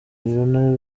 nibura